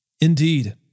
Indeed